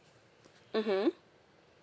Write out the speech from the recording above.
mmhmm